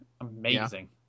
Amazing